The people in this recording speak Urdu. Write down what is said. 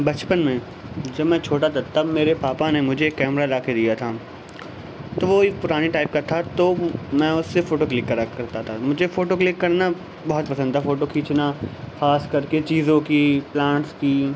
بچپن میں جب میں چھوٹا تھا تب میرے پاپا نے مجھے کیمرہ لا کے دیا تھا تو وہ ایک پرانے ٹائپ کا تھا تو میں اس سے فوٹو کلک کرا کرتا تھا مجھے فوٹو کلک کرنا بہت پسند تھا فوٹو کھینچنا خاص کرکے چیزوں کی پلانٹس کی